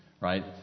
right